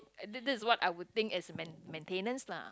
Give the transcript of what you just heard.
that that is what I would think as main maintenance lah